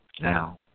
Now